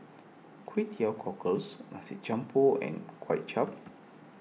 Kway Teow Cockles Nasi Campur and Kway Chap